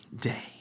day